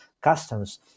customs